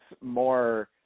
more